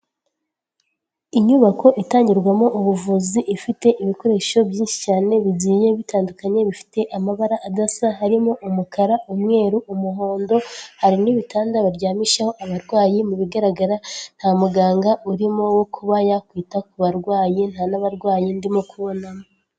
Inyubako itangirwamo ubuvuzi ifite ibikoresho byinshi cyane bigiye bitandukanye bifite amabara adasa, harimo umukara, umweru, umuhondo, hari n'ibitanda baryamishaho abarwayi, mu bigaragara nta muganga urimo wo kuba yakwita ku barwayi, nta n'abarwayi ndimo kubonamo.